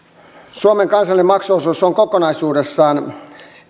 suomen kansallinen maksuosuus on kokonaisuudessaan vuoteen